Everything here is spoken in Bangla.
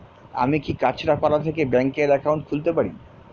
আমি কি কাছরাপাড়া থেকে ব্যাংকের একাউন্ট খুলতে পারি?